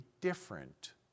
different